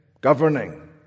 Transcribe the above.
governing